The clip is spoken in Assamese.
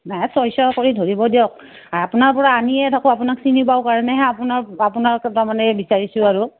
নাই ছয়শ কৰি ধৰিব দিয়ক আপোনাৰ পৰা আনিয়ে থাকোঁ আপোনাক চিনি পাওঁ কাৰণেহে আপোনাৰ আপোনালোক তাৰমানে বিচাৰিছোঁ আৰু